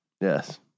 Yes